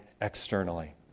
externally